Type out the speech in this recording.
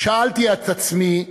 "שאלתי את עצמי",